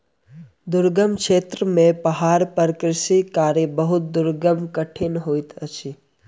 दुर्गम क्षेत्र में पहाड़ पर कृषि कार्य बहुत कठिन होइत अछि